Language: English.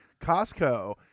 Costco